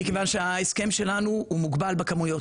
מכיוון שההסכם שלנו מוגבל בכמויות.